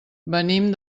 venim